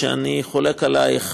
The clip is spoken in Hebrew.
שאני חולק עלייך,